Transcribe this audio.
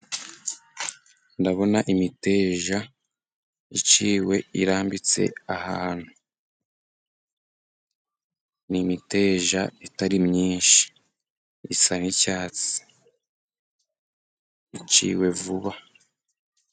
Ndabona imiteja iciwe irambitse ahantu. Ni imiteja itari myinshi isa n'icyatsi iciwe vuba.